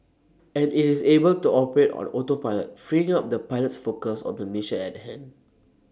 and IT is able to operate on autopilot freeing up the pilots focus on the mission at hand